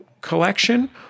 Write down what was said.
collection